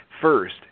first